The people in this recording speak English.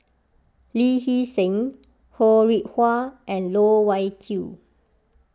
Lee Hee Seng Ho Rih Hwa and Loh Wai Kiew